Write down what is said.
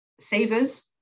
savers